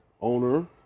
owner